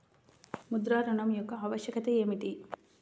ముద్ర ఋణం యొక్క ఆవశ్యకత ఏమిటీ?